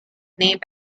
named